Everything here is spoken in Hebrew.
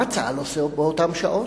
מה צה"ל עושה באותן שעות?